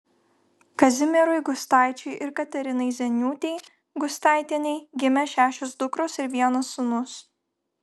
kazimierui gustaičiui ir katerinai zieniūtei gustaitienei gimė šešios dukros ir vienas sūnus